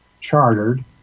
chartered